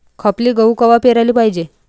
खपली गहू कवा पेराले पायजे?